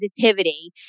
positivity